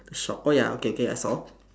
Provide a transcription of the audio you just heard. shop oh ya okay okay I saw